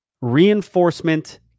reinforcement